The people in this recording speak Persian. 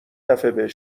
دفعه